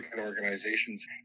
organizations